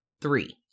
three